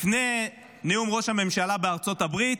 לפני נאום ראש הממשלה בארצות הברית,